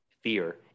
fear